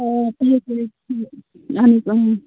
آ تُلِو تُلِو یہِ چھُ اَہَن حَظ